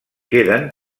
queden